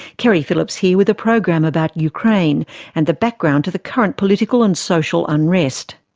keri phillips here with a program about ukraine and the background to the current political and social unrest.